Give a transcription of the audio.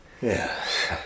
Yes